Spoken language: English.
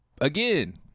again